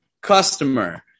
Customer